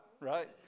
right